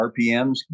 RPMs